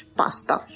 pasta